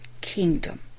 kingdom